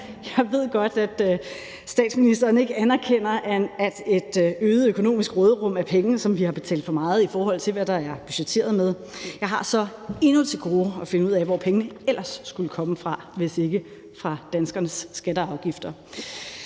Jeg ved godt, at statsministeren ikke anerkender, at et øget økonomisk råderum er penge, som vi har betalt for meget, i forhold til hvad der er budgetteret med, men jeg har så endnu til gode at finde ud af, hvor pengene ellers skulle komme fra, hvis ikke fra danskernes skatter og afgifter.